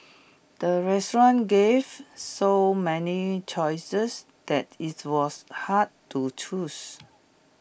the restaurant gave so many choices that IT was hard to choose